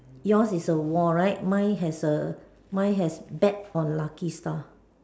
yours is a wall right mine has a mine has tap on lucky star